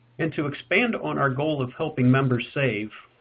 and to expand on our goal of helping members save,